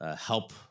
help